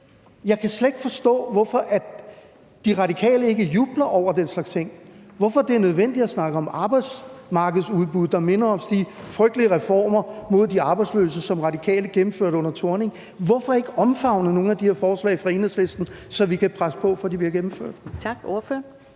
jeg slet ikke forstå hvorfor De Radikale ikke jubler over – hvorfor det er nødvendigt at snakke om arbejdsudbud, der minder om de frygtelige reformer mod de arbejdsløse, som De Radikale gennemførte under Thorning. Hvorfor ikke omfavne nogle af de her forslag fra Enhedslisten, så vi kan presse på for, at de bliver gennemført?